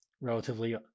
relatively